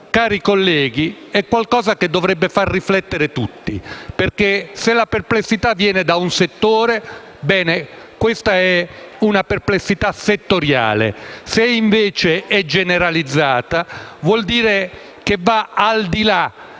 cari colleghi, è qualcosa che dovrebbe far riflettere tutti, perché se la perplessità viene da un settore, essa è settoriale, mentre se è generalizzata vuol dire che va al di là